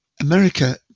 America